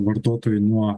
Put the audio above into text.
vartotojui nuo